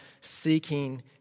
seeking